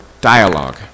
dialogue